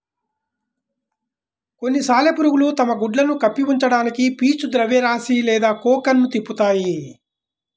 కొన్ని సాలెపురుగులు తమ గుడ్లను కప్పి ఉంచడానికి పీచు ద్రవ్యరాశి లేదా కోకన్ను తిప్పుతాయి